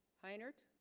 hi nert